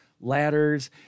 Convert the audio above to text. ladders